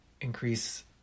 increase